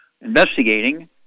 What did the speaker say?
investigating